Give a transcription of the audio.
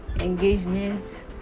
engagements